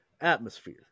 atmosphere